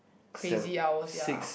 crazy hours ya